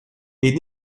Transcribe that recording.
est